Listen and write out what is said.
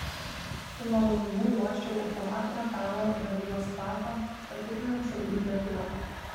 su malonumu uosčiau automato metalo ir alyvos kvapą patikrinau šovinių dėtuvę